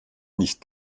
nicht